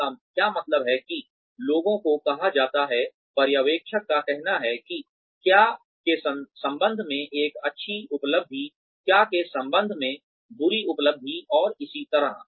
इसका क्या मतलब है कि लोगों को कहा जाता है पर्यवेक्षकों का कहना है कि क्या के संबंध में एक अच्छी उपलब्धि क्या के संबंध में बुरी उपलब्धि और इसी तरह